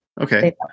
Okay